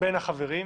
בין החברים,